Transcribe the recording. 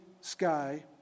sky